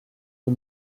the